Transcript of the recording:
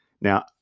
Now